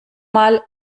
mal